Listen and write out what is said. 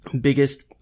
biggest